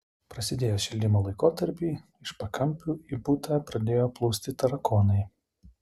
prasidėjus šildymo laikotarpiui iš pakampių į butą pradėjo plūsti tarakonai